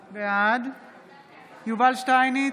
בעד יובל שטייניץ,